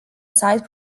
side